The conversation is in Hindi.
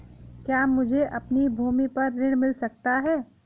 क्या मुझे अपनी भूमि पर ऋण मिल सकता है?